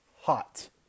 hot